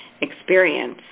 experience